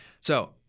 So-